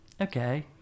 Okay